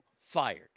fired